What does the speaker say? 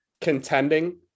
contending